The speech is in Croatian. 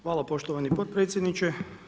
Hvala poštovani potpredsjedniče.